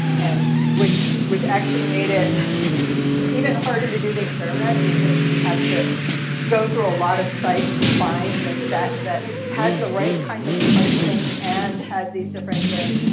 and which which actually made it even harder to do the experiment. because we had to go through a lot of sites to find the set that had the right kind of pricing and had these different things.